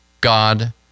God